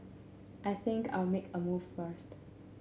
I think I'll make a move first